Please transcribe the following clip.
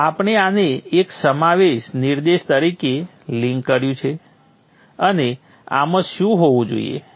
તો આપણે આને એક સમાવેશ નિર્દેશ તરીકે લિંક કર્યું છે અને આમાં શું હોવું જોઈએ